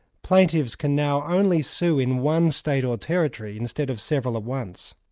plaintiffs can now only sue in one state or territory instead of several at once.